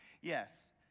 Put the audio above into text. Yes